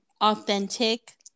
Authentic